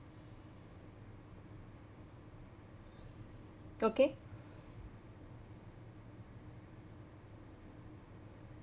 okay